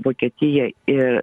vokietija ir